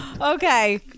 Okay